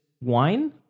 wine